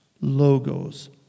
logos